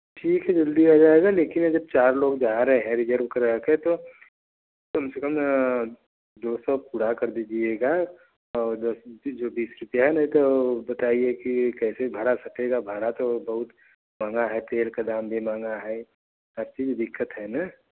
ठीक है जल्दी आ जाएगा लेकिन अगर चार लोग जा रहे हैं रिज़र्व कराकर तो कम से कम दो सौ पूरा कर दीजिएगा और बस जो भी है नहीं तो बताईए कि कैसे भाड़ा सटेगा भाड़ा तो बहुत महँगा है तेल का दाम भी महँगा है हर चीज़ दिक्कत है ना